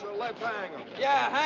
let's hang them. yeah,